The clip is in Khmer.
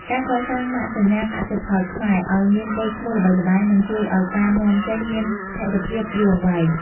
ការកសាងម៉ាកសញ្ញា "កសិផលខ្មែរ" ឱ្យមានកេរ្តិ៍ឈ្មោះល្បីល្បាញ នឹងជួយឱ្យការនាំចេញមានស្ថិរភាពយូរអង្វែង។